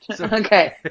Okay